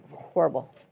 horrible